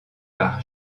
par